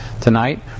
tonight